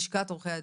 מלשכת עורכי הדין.